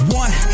one